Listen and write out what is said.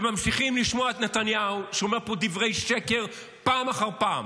וממשיכים לשמוע את נתניהו שאומר פה דברי שקר פעם אחר פעם: